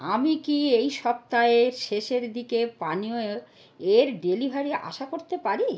আমি কি এই সপ্তাহের শেষের দিকে পানীয় এর ডেলিভারি আশা করতে পারি